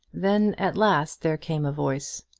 then at last there came a voice,